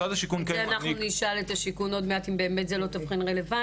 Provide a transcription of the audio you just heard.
את זה אנחנו נשאל את השיכון עוד מעט אם באמת זה לא תבחין רלוונטי.